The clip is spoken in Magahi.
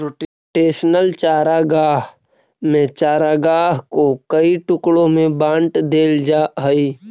रोटेशनल चारागाह में चारागाह को कई टुकड़ों में बांट देल जा हई